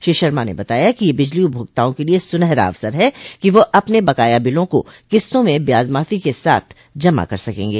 श्री शर्मा ने बताया कि यह बिजली उपभोक्ताओं के लिये सुनहरा अवसर है कि वह अपने बकाया बिलों को किस्तों में ब्याजमाफी के साथ जमा कर सकेंगे